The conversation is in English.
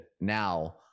now